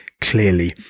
clearly